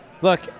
look